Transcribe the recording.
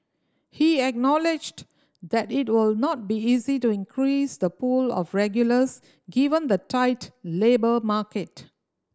he acknowledged that it will not be easy to increase the pool of regulars given the tight labour market